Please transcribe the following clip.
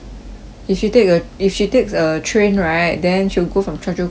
if she take a if she takes a train right then she will go from choa chu kang